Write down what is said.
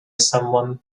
someone